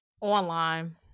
Online